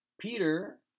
Peter